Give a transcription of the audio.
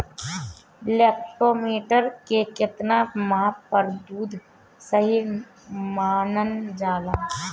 Lactometer के कितना माप पर दुध सही मानन जाला?